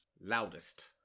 Loudest